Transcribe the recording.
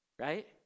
right